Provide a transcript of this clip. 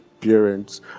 parents